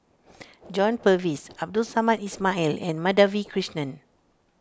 John Purvis Abdul Samad Ismail and Madhavi Krishnan